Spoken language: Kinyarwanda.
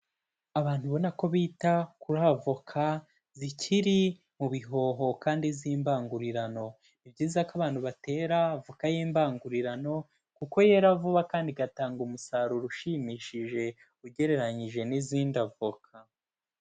Abantu ubona ko bita kuri avoka zikiri mu bihoho kandi z'imbangurirano, ni byiza ko abantu batera voka y'imbangurirano kuko yera vuba kandi igatanga umusaruro ushimishije ugereranyije n'izindi avoka.